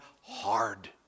hard